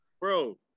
Bro